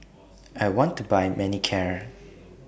I want to Buy Manicare